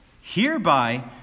Hereby